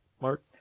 mark